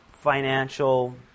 financial